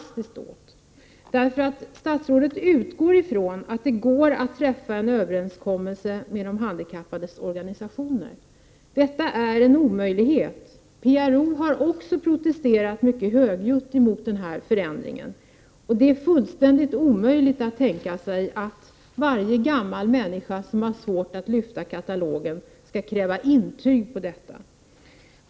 Statsrådet utgår ifrån att man kan träffa en uppgörelse med handikappor ganisationerna. Det är en omöjlighet. PRO har också protesterat mycket högljutt mot den här förändringen. Det är fullständigt omöjligt att tänka sig att alla gamla människor som har svårt att lyfta katalogen skall kräva intyg på det.